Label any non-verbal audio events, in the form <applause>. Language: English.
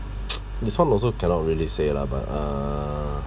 <noise> this [one] also cannot really say lah but uh